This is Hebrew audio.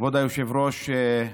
כבוד היושב-ראש,